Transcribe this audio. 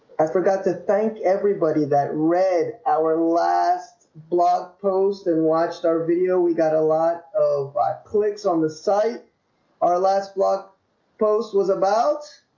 i forgot to thank everybody that read our last blog post and watched our video. we got a lot of clicks on the site our last blog post was about